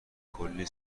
کلی